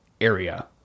area